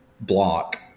block